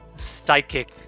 psychic